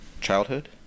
childhood